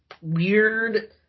weird